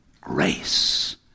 grace